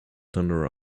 tender